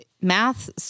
math